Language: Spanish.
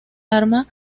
arma